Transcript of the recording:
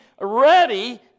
ready